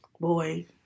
Boy